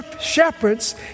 Shepherds